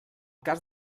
cas